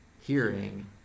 hearing